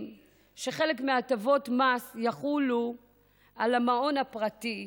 שחלק מהטבות המס יחולו על המעון הפרטי,